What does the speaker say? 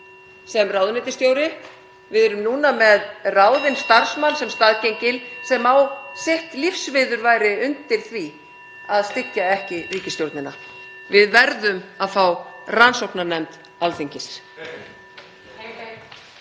sem ráðuneytisstjóri. Við erum núna með ráðinn starfsmann (Forseti hringir.) sem staðgengil sem á sitt lífsviðurværi undir því að styggja ekki ríkisstjórnina. Við verðum að fá rannsóknarnefnd Alþingis.